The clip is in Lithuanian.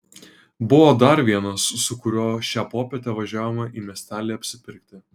buvo dar vienas su kuriuo šią popietę važiavome į miestelį apsipirkti